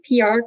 PR